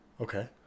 Okay